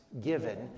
given